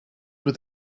with